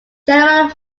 general